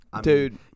Dude